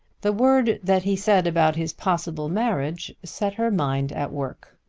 the word that he said about his possible marriage set her mind at work,